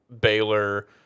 Baylor